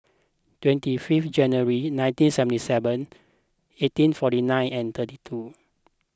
twenty fifth January nineteen seventy seven eighteen forty nine and thirty two